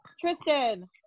Tristan